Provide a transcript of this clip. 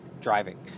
driving